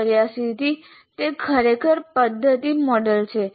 1984 થી તે ખરેખર પદ્ધતિમોડેલ છે